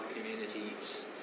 communities